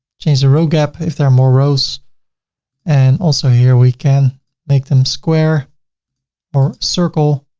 change the row gap if there are more rows and also here, we can make them square or circle.